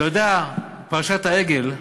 אתה יודע, פרשת העגל,